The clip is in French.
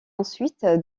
ensuite